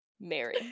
Mary